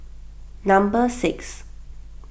number six